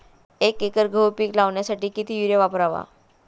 एक एकर गहू पीक लावण्यासाठी किती युरिया वापरावा?